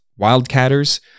Wildcatters